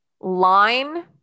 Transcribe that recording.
Line